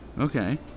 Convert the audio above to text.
okay